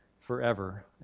forever